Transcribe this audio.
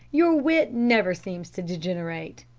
your wit never seems to degenerate,